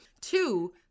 Two